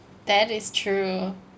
that is true